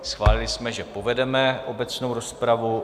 Schválili jsme, že povedeme obecnou rozpravu.